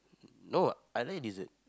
no I like lizard